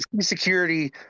security